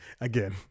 Again